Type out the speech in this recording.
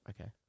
Okay